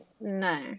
No